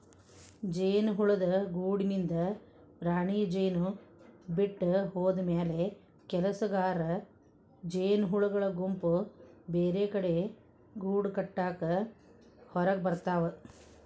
ಜೇನುಹುಳದ ಗೂಡಿನಿಂದ ರಾಣಿಜೇನು ಬಿಟ್ಟ ಹೋದಮ್ಯಾಲೆ ಕೆಲಸಗಾರ ಜೇನಹುಳಗಳ ಗುಂಪು ಬೇರೆಕಡೆ ಗೂಡಕಟ್ಟಾಕ ಹೊರಗಬರ್ತಾವ